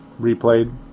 Replayed